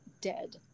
dead